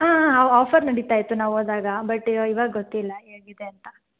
ಹಾಂ ಹಾಂ ಆಫರ್ ನಡೀತಾಯಿತ್ತು ನಾವು ಹೋದಾಗ ಬಟ್ ಇವಾಗ ಗೊತ್ತಿಲ್ಲ ಹೇಗಿದೆ ಅಂತ